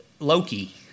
Loki